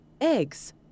Eggs